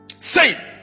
Say